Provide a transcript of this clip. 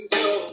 go